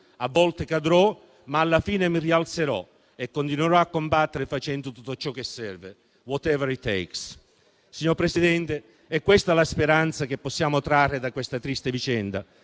A volte cadrò, ma alla fine mi rialzerò e continuerò a combattere, facendo tutto ciò che serve. *Whatever it takes*». Signor Presidente, è questa la speranza che possiamo trarre da questa triste vicenda.